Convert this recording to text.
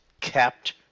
kept